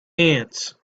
ants